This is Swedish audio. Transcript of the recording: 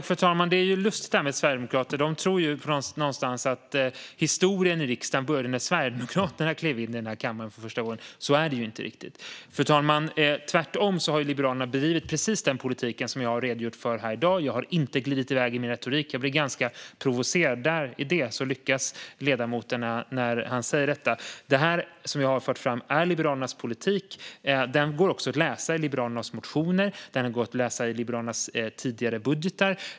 Fru talman! Det är lustigt med sverigedemokrater. De tror att historien i riksdagen började när Sverigedemokraterna klev in i denna kammare för första gången. Så är det inte riktigt. Fru talman! Tvärtom har Liberalerna bedrivit precis den politik som jag har redogjort för här i dag. Jag har inte glidit i väg i min retorik. Jag blir ganska provocerad - det lyckas ledamoten med när han säger detta. Det som jag har fört fram är Liberalernas politik. Den går att läsa i Liberalernas motioner och i Liberalernas tidigare budgetar.